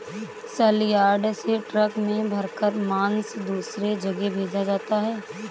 सलयार्ड से ट्रक में भरकर मांस दूसरे जगह भेजा जाता है